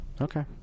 Okay